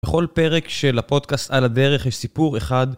בכל פרק של הפודקאסט על הדרך יש סיפור אחד.